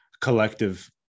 collective